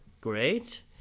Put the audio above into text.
Great